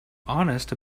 honest